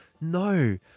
no